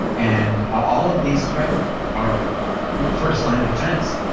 and all of these threaten our first line of defense.